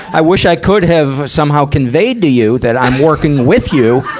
i wish i could have somehow conveyed to you that i'm working with you.